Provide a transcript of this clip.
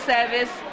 Service